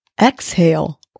exhale